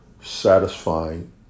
satisfying